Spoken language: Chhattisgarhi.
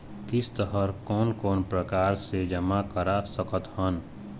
किस्त हर कोन कोन प्रकार से जमा करा सकत हन?